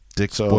Dick's